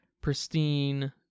pristine